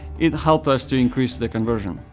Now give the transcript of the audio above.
it helped us to increase the conversion.